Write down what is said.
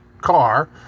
car